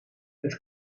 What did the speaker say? het